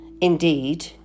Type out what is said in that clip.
Indeed